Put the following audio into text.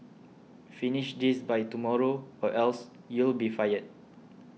finish this by tomorrow or else you'll be fired